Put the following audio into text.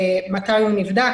מתי הוא נבדק,